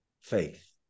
faith